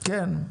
כן,